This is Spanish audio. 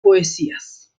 poesías